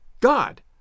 God